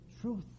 truth